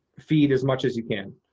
feed as much as you can.